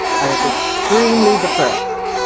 i was extremely depressed.